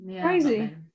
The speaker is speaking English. crazy